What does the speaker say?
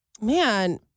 Man